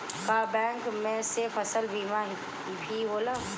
का बैंक में से फसल बीमा भी होला?